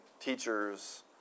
teachers